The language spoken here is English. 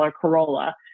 Corolla